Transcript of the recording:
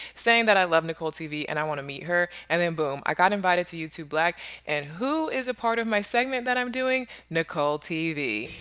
saying that i love nicole tv and i want to meet her. and then boom. i got invited to youtube black and who is a part of my segment that i'm doing, nicole tv.